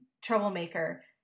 troublemaker